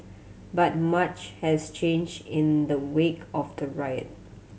but much has change in the wake of the riot